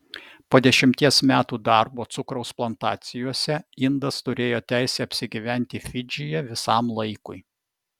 po dešimties metų darbo cukraus plantacijose indas turėjo teisę apsigyventi fidžyje visam laikui